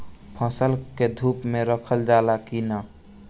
फसल के धुप मे रखल जाला कि न?